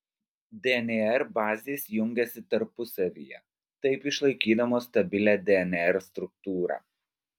dnr bazės jungiasi tarpusavyje taip išlaikydamos stabilią dnr struktūrą